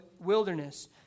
wilderness